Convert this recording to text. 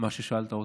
מה ששאלת אותי.